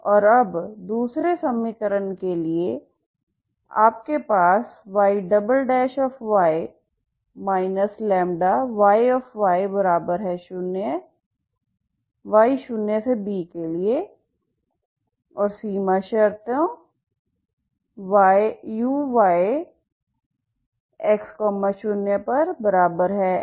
और अब दूसरे समीकरण के लिए आपके पास Yy λYy0 0yb के लिए और सीमा शर्तों uy